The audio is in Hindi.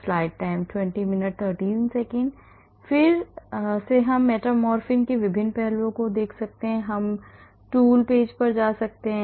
इसलिए फिर से हम मेटफॉर्मिन के विभिन्न पहलुओं को देख सकते हैं हम टूल पेज पर जा सकते हैं